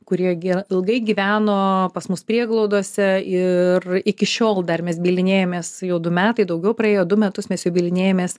kurie ilgai gyveno pas mus prieglaudose ir iki šiol dar mes bylinėjamės jau du metai daugiau praėjo du metus mes bylinėjamės